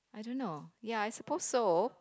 I don't know ya I suppose so